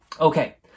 Okay